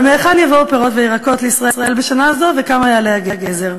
ומהיכן יבואו פירות וירקות לישראל בשנה הזאת וכמה יעלה הגזר?